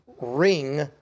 ring